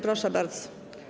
Proszę bardzo.